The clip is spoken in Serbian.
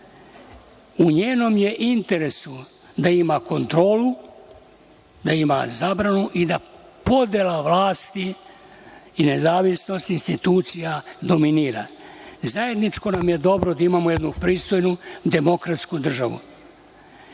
U njenom je interesu da ima kontrolu, da ima zabranu i da podela vlasti i nezavisnost institucija dominira. Zajedničko nam je dobro da imamo jednu pristojnu, demokratsku državu. Ja